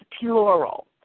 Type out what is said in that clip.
plural